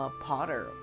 Potter